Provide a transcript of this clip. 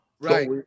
right